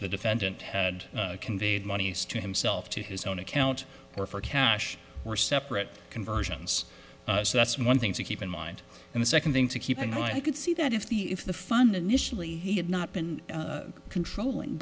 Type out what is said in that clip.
the defendant had conveyed monies to himself to his own account or for cash or separate conversions so that's one thing to keep in mind and the second thing to keep and i could see that if the if the fund initially he had not been controlling